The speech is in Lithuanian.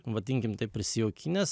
vadinkim taip prisijaukinęs